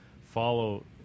follow